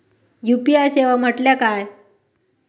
UPI सेवा म्हटल्या काय?